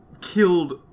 Killed